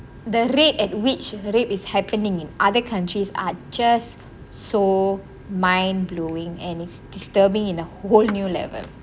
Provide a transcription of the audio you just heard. the rate at which rape is happening in other countries are just so mind blowing and it's disturbing in a whole new level